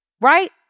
right